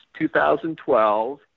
2012